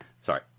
Sorry